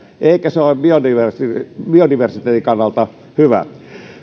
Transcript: eikä se ole biodiversiteetin biodiversiteetin kannalta hyvä